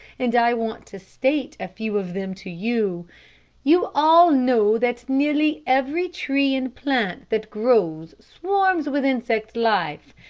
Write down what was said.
and i want to state a few of them to you you all know that nearly every tree and plant that grows swarms with insect life,